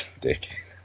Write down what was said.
Dick